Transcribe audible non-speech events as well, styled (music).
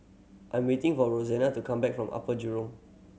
I'm waiting for (unintelligible) to come back from Upper Jurong